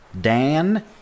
Dan